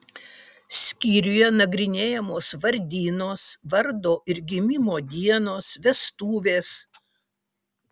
skyriuje nagrinėjamos vardynos vardo ir gimimo dienos vestuvės